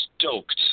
stoked